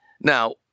Now